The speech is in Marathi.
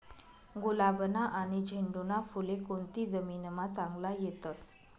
गुलाबना आनी झेंडूना फुले कोनती जमीनमा चांगला येतस?